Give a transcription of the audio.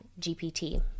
GPT